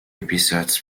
episodes